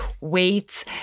weights